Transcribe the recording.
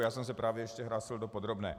Já jsem se právě ještě hlásil do podrobné.